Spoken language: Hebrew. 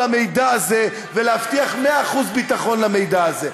המידע הזה ולהבטיח מאה אחוז ביטחון של המידע הזה.